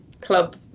club